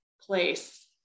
place